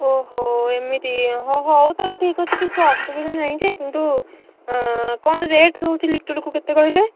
ଓହୋ ଏମିତି ହ ହଉ ତାହେଲେ ଠିକ୍ ଅଛି କିଛି ଅସୁବିଧା ନାହିଁ ଯେ କିନ୍ତୁ କ'ଣ ରେଟ୍ ରହୁଛି ଲିଟରକୁ କେତେ କହିଲେ